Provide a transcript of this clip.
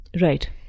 right